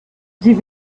sie